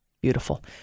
Beautiful